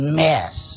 mess